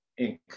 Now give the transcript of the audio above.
Inc